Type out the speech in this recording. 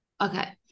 Okay